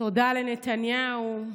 תודה לנתניהו.